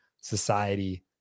society